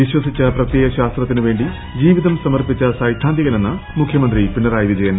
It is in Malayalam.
വിശ്യസിച്ച് പ്രത്യയ ശാസ്ത്രത്തിന് വേണ്ടി ജിവിത്യൂ സ്മ്ർപ്പിച്ച സൈദ്ധാന്തികനെന്ന് മുഖ്യമ്പ്രിത്രി പിണറായി വിജയൻ